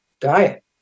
diet